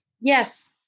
Yes